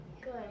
Good